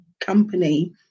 company